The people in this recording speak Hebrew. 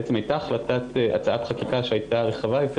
בעצם הייתה הצעת חקיקה שהייתה רחבה יותר